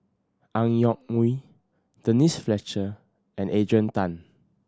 Ang Yoke Mooi Denise Fletcher and Adrian Tan